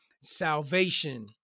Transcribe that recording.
salvation